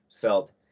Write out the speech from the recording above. felt